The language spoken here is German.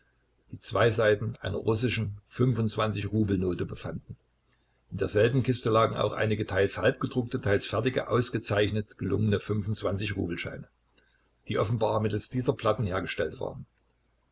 die zwei seiten einer russischen rubel note befanden in derselben kiste lagen auch einige teils halbgedruckte teils fertige ausgezeichnet gelungene rubelscheine die offenbar mittels dieser platten hergestellt waren